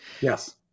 Yes